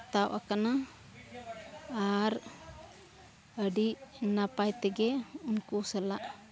ᱛᱟᱵ ᱟᱠᱟᱱᱟ ᱟᱨ ᱟᱹᱰᱤ ᱱᱟᱯᱟᱭᱛᱮᱜᱮ ᱩᱱᱠᱩ ᱥᱟᱞᱟᱜ